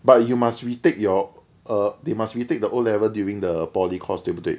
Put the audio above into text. but you must re-take your err they must re-take the O level during the poly course 对不对